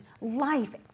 life